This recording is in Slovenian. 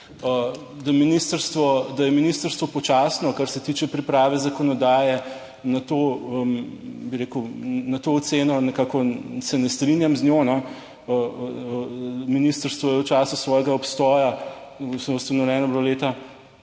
Da je ministrstvo počasno kar se tiče priprave zakonodaje na to, bi rekel, to oceno, nekako se ne strinjam z njo. Ministrstvo je v času svojega obstoja, ustanovljeno je bilo leta